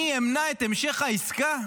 אני אמנע את המשך העסקה,